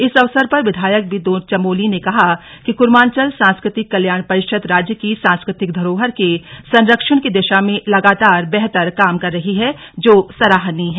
इस अवसर पर विधायक विनोद चमोली ने कहा कि कूर्मांचल सांस्कृतिक कल्याण परिषद राज्य की सांस्कृतिक धरोहर के संरक्षण की दिशा में लगातार बेहतर काम कर रही है जो सराहनीय है